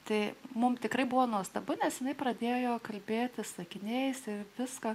tai mums tikrai buvo nuostabu nes jinai pradėjo kalbėti sakiniais ir viską